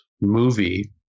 movie